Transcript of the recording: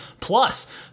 Plus